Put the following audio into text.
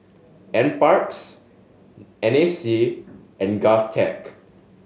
Nparks N A C and GovTech